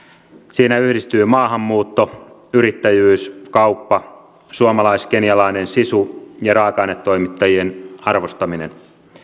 siinä yhdistyy maahanmuutto yrittäjyys kauppa suomalais kenialainen sisu ja raaka ainetoimittajien arvostaminen